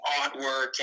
artwork